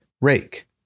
Rake